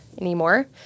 anymore